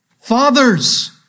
Fathers